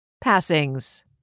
Passings